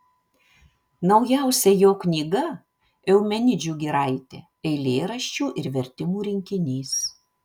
naujausia jo knyga eumenidžių giraitė eilėraščių ir vertimų rinkinys